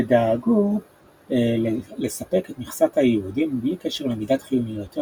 ודרשו לספק את מכסת היהודים בלי קשר למידת חיוניותו